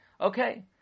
Okay